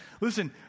Listen